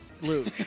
Luke